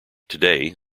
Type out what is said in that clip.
today